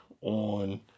on